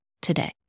today